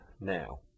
now